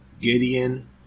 Gideon